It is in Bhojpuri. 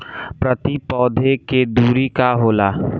प्रति पौधे के दूरी का होला?